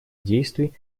действий